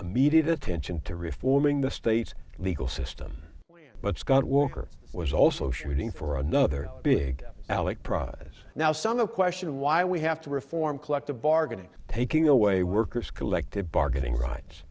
immediate attention to reforming the state's legal system but scott walker was also shooting for another big alec prize now so no question why we have to reform collective bargaining taking away workers collective bargaining rights